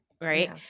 right